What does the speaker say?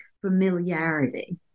familiarity